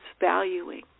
valuing